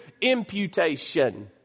imputation